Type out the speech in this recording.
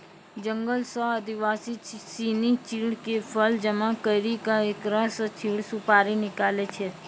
जंगल सॅ आदिवासी सिनि चीड़ के फल जमा करी क एकरा स चीड़ सुपारी निकालै छै